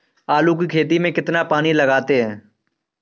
आलू की खेती में कितना पानी लगाते हैं?